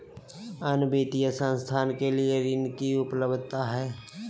अन्य वित्तीय संस्थाएं के लिए ऋण की उपलब्धता है?